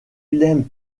willem